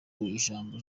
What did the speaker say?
ijambo